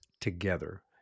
together